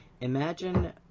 imagine